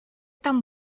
tan